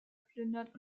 geplündert